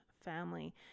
family